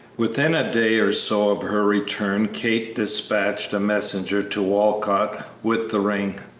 within a day or so of her return kate despatched a messenger to walcott with the ring,